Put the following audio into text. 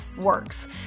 works